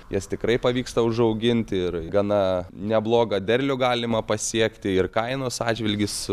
jas tikrai pavyksta užauginti ir gana neblogą derlių galima pasiekti ir kainos atžvilgis